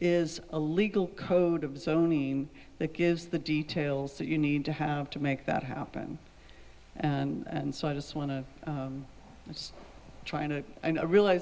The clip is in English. is a legal code of zoning that gives the details that you need to have to make that happen and so i just want to try and i realize